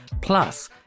Plus